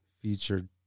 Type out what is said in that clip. featured